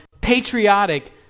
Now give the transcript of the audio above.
patriotic